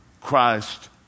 Christ